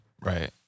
Right